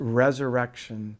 resurrection